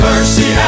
Mercy